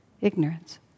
ignorance